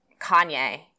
Kanye